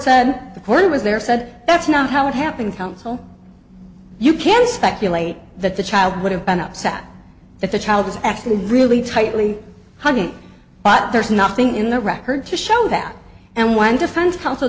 said that's not how it happened counsel you can speculate that the child would have been upset that the child was actually really tightly honey but there's nothing in the record to show that and when defense counsel